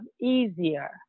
easier